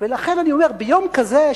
ולכן אני אומר: ביום כזה,